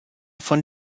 von